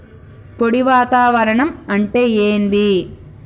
పొడి వాతావరణం అంటే ఏంది?